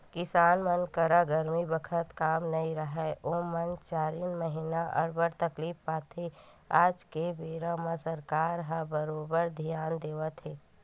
किसान मन करा गरमी बखत काम नइ राहय ओमन चारिन महिना अब्बड़ तकलीफ पाथे आज के बेरा म सरकार ह बरोबर धियान देवत हे